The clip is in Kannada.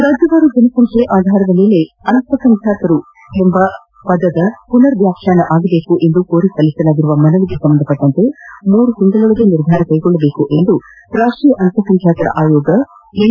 ರಾಜ್ಯವಾರು ಜನಸಂಖ್ಯೆಯ ಆಧಾರದ ಮೇಲೆ ಅಲ್ಲಸಂಖ್ಯಾತರು ಎಂಬ ಪದವನ್ನು ಪುನರ್ ವ್ಯಾಖ್ಯಾನಿಸುವಂತೆ ಕೋರಿ ಸಲ್ಲಿಸಲಾಗಿರುವ ಮನವಿಗೆ ಸಂಬಂಧಿಸಿದಂತೆ ಮೂರು ತಿಂಗಳ ಒಳಗಾಗಿ ನಿರ್ಧಾರ ಕೈಗೊಳ್ಳುವಂತೆ ರಾಷ್ಟೀಯ ಅಲ್ಪಸಂಖ್ಯಾತರ ಆಯೋಗ ಎನ್